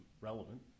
relevant